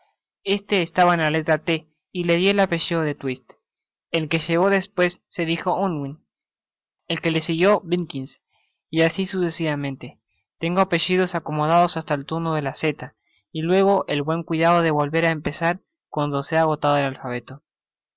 este estaba en la letra t y le di el apellido de twist el que llegó despues se dijo unwin el que le siguió vilkins y asi sucesivamente tengo apellidos acomodados hasta el turno de la z y luego el buen cuidado de volver á empezar cuando se ha agotado el alfabeto